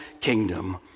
kingdom